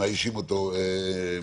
שמאיישים אותו מסביב.